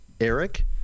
Eric